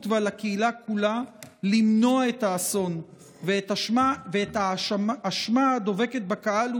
ועל הקהילה כולה למנוע את האסון ואת האשמה הדבקה בקהל,